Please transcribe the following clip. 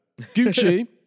gucci